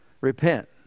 Repent